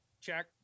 check